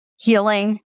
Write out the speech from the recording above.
healing